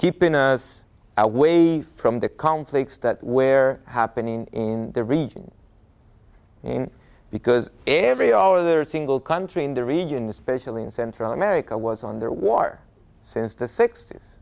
keep in a way from the conflicts that wear happening in the region because every all other single country in the region especially in central america was on their war since the sixt